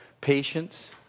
Patience